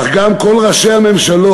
אך גם כל ראשי הממשלות,